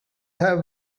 have